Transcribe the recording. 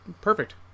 perfect